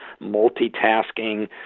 multitasking